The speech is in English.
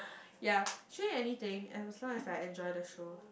yea actually anything as long as I enjoy the show